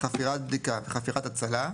"חפירת בדיקה" ו-"חפירת הצלה"